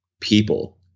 people